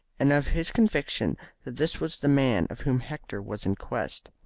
and of his conviction that this was the man of whom hector was in quest.